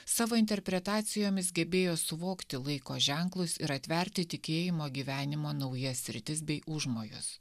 savo interpretacijomis gebėjo suvokti laiko ženklus ir atverti tikėjimo gyvenimo naujas sritis bei užmojus